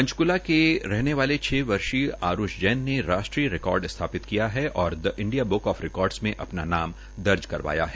पंचक्ला के रहने वाले छ वर्षीय आरूष जैन ने राष्ट्रीय रिकार्डस्थापित किया और the India book of records में अपना नाम दर्ज करवाया है